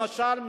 למשל,